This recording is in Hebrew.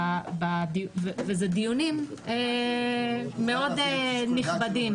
וזה דיונים מאוד נכבדים,